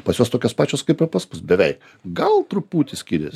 pas juos tokios pačios kaip ir pas mus beveik gal truputį skiriasi